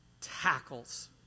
tackles